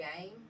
game